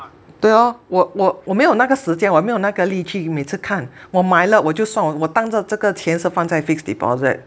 对咯我我我没有那个时间我没有那个力气每次看我买了我就算我当作这个钱是放在 fixed deposit